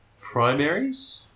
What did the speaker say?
primaries